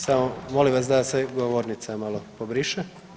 Samo molim vas da se govornica malo pobriše.